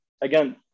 again